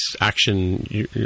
action